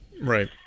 Right